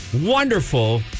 wonderful